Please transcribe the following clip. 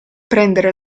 prendere